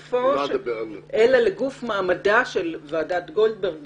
אלא לגוף מעמדה של ועדת גודלברג,